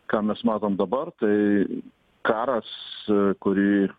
ką mes matom dabar tai karas kurį